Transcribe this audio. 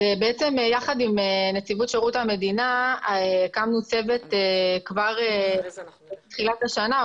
אז בעצם ביחד עם נציבות שירות המדינה הקמנו צוות כבר בתחילת השנה,